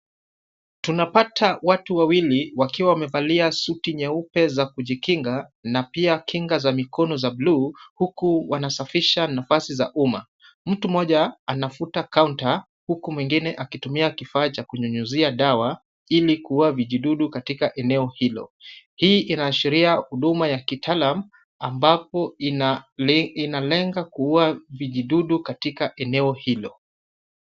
Tunapata watu wawili wakiwa wamevalia suti nyeupe za kujikinga na pia kinga za mikono za bluu, huku wanasafisha nafasi za umma. Mtu mmoja anafuta kaunta, huku mwingine akitumia kifaa cha kunyunyuzia dawa, ili kuwa vijidudu katika eneo hilo. Hii inaashiria huduma ya kitala ambapo inalenga kuua vijidudu katika eneo hilo.